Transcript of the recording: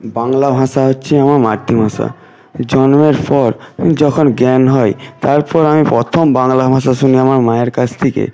বাংলা ভাষা হচ্ছে আমার মাতৃভাষা জন্মের পর যখন জ্ঞান হয় তারপর আমি পথম বাংলা ভাষা শুনি আমার মায়ের কাছ থেকে